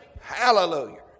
Hallelujah